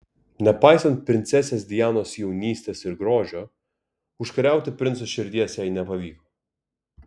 nepaisant princesės dianos jaunystės ir grožio užkariauti princo širdies jai nepavyko